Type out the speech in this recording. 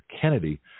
Kennedy